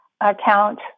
account